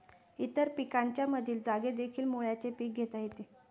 इतर पिकांच्या मधील जागेतदेखील मुळ्याचे पीक घेता येते